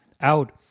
out